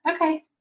Okay